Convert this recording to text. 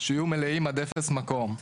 שיהיו מלאים עד אפס מקום,